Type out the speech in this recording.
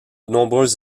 nombreuses